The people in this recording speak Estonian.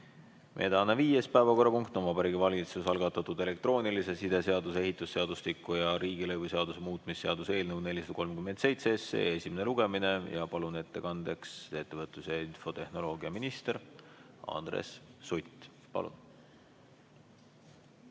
Meie tänane viies päevakorrapunkt on Vabariigi Valitsuse algatatud elektroonilise side seaduse, ehitusseadustiku ja riigilõivuseaduse muutmise seaduse eelnõu 437 esimene lugemine. Ma palun ettekandjaks ettevõtlus- ja infotehnoloogiaminister Andres Suti. Meie